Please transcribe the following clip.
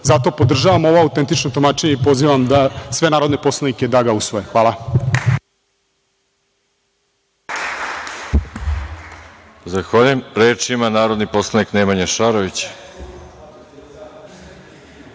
podržavam ovo Autentično tumačenje i pozivam sve narodne poslanike da ga usvoje. Hvala.